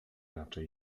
raczej